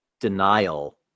denial